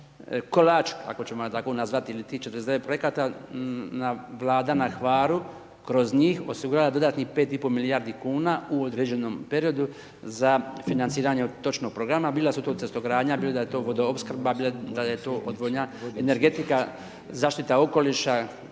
kolač ako ćemo ga tako nazvati ili 49 projekta vlada na Hvaru kroz njih osigurala dodanih 5,5 milijardi kn u određenom periodu za financiranje od točnog programa. Bila su to cestogradnja, bila je to vodoopskrba, bilo da je to odvodnja energetika, zaštita okoliša,